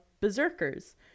berserkers